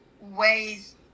ways